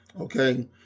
Okay